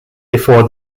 before